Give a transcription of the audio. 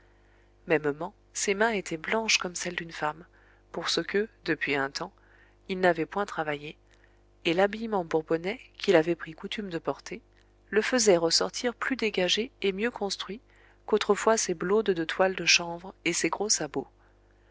mêmement ses mains étaient blanches comme celles d'une femme pour ce que depuis un temps il n'avait point travaillé et l'habillement bourbonnais qu'il avait pris coutume de porter le faisait ressortir plus dégagé et mieux construit qu'autrefois ses blaudes de toile de chanvre et ses gros sabots